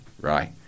right